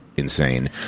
insane